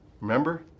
remember